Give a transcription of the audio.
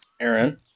Aaron